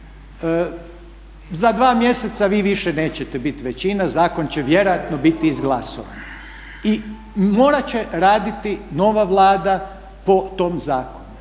Za 2 mjeseca vi više nećete biti većina, zakon će vjerojatno biti izglasovan i morat će raditi nova Vlada po tom zakonu.